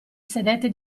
sedette